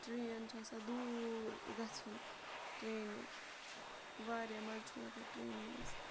train چھِ آسان دوٗر گژھُن ٹرٛینہِ واریاہ مَزٕ چھُ لَگان ٹرٛینہِ منٛز